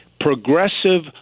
progressive